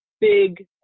big